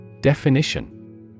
Definition